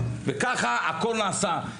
וככה הכל נעשה,